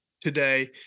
Today